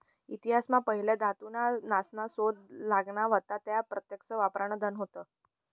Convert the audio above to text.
इतिहास मा पहिले धातू न्या नासना शोध लागना व्हता त्या प्रत्यक्ष वापरान धन होत